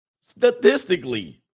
statistically